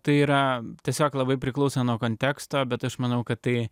tai yra tiesiog labai priklauso nuo konteksto bet aš manau kad tai